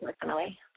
personally